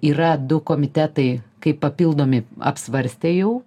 yra du komitetai kaip papildomi apsvarstę jau